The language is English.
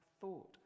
thought